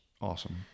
Awesome